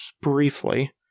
briefly